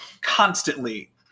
constantly